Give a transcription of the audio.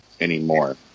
anymore